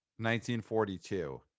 1942